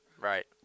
Right